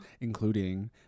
including